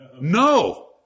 No